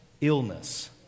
illness